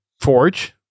Forge